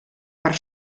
per